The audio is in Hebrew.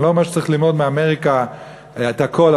אני לא אומר שצריך ללמוד מאמריקה את הכול,